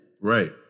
right